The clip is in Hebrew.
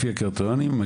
לפי הקריטריונים,